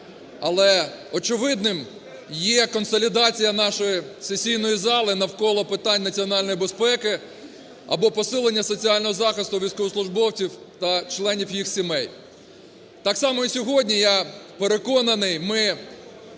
Але очевидним є консолідація нашої сесійної зали навколо питань національної безпеки або посилення соціального захисту військовослужбовців та членів їх сімей. Так само і сьогодні, я переконаний, ми